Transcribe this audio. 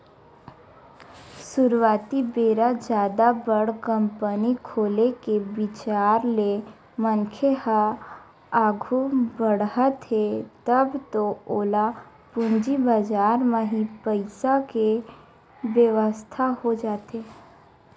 सुरुवाती बेरा जादा बड़ कंपनी खोले के बिचार ले मनखे ह आघू बड़हत हे तब तो ओला पूंजी बजार म ही पइसा के बेवस्था हो जाथे